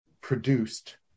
produced